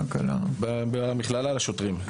במכללה לשוטרים.